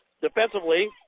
Defensively